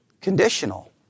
Conditional